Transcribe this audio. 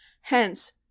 Hence